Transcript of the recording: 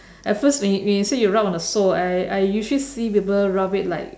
at first when you when you say you rub on the sole I I usually see people rub it like